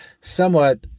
somewhat